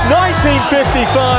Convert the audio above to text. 1955